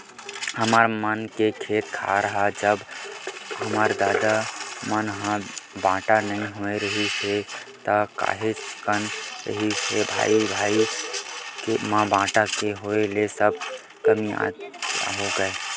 हमर मन के खेत खार ह जब हमर ददा मन ह बाटा नइ होय रिहिस हे ता काहेच कन रिहिस हे भाई भाई म बाटा के होय ले सब कमतियागे